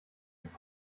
ist